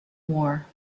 moore